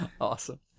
Awesome